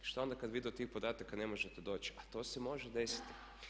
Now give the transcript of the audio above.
Šta onda kad vi do tih podataka ne možete doći, a to se može desiti.